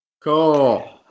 Cool